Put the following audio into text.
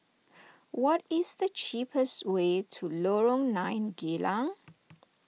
what is the cheapest way to Lorong nine Geylang